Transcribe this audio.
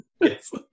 Yes